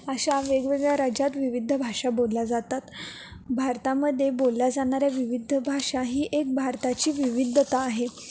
अशा वेगवेगळ्या राज्यात विविध भाषा बोलल्या जातात भारतामध्ये बोलल्या जाणाऱ्या विविध भाषा ही एक भारताची विविधता आहे